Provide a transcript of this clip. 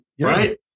Right